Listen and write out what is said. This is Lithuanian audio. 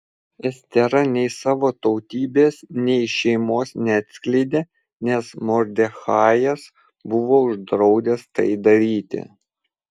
estera nei savo tautybės nei šeimos neatskleidė nes mordechajas buvo uždraudęs tai daryti